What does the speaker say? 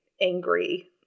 angry